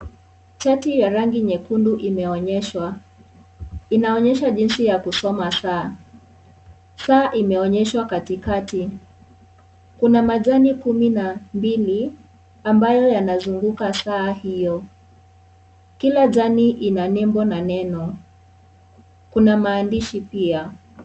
Shati ya rangi nyekundu imeonyeshwa. Inaonyesha jinsi ya kusoma saa. Saa imeonyeshwa Kati kati. Kuna majani kumi na mbili ambayo yanazunguka saa hiyo. Kila jani ina nembo na neno. Kuna maandishi pia.